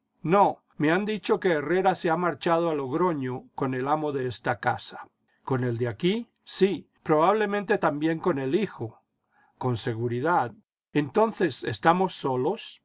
no me han dicho que herrera se ha marchado a logroño con el amo de esta casa con el de aquí sí probablemente también con el hijo con seguridad entonces estamos solos